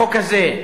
החוק הזה,